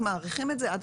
עד